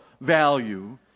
value